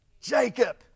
Jacob